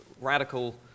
radical